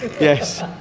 yes